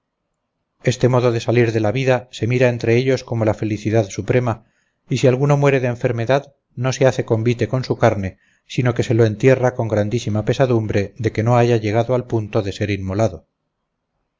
este modo de salir de la vida se mira entre ellos como la felicidad suprema y si alguno muere de enfermedad no se hace convite con su carne sino que se lo entierra con grandísima pesadumbre de que no haya llegado al punto de ser inmolado